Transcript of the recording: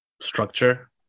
Structure